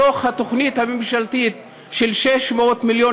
מתוך התוכנית הממשלתית של 600 מיליון